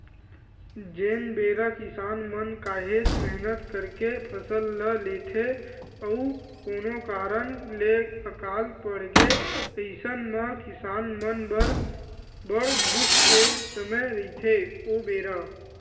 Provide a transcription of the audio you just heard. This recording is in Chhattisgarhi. जेन बेरा किसान मन काहेच मेहनत करके फसल ल लेथे अउ कोनो कारन ले अकाल पड़गे अइसन म किसान मन बर बड़ दुख के समे रहिथे ओ बेरा